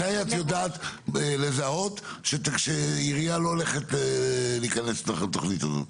מתי את יודעת לזהות כשעירייה לא הולכת להיכנס לך לתוכנית הזאת?